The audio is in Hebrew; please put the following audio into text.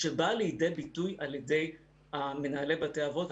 שבאה לידי ביטוי על ידי מנהלי בתי האבות,